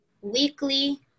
weekly